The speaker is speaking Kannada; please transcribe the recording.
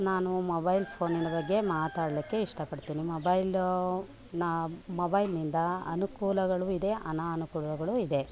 ನಾನು ಮೊಬೈಲ್ ಫೋನಿನ ಬಗ್ಗೆ ಮಾತಾಡ್ಲಿಕ್ಕೆ ಇಷ್ಟಪಡ್ತೀನಿ ಮೊಬೈಲು ನ ಮೊಬೈಲ್ನಿಂದ ಅನುಕೂಲಗಳು ಇದೆ ಅನಾನುಕೂಲಗಳೂ ಇದೆ